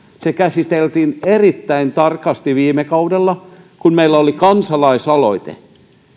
se käsiteltiin erittäin tarkasti viime kaudella kun meillä oli kansalaisaloite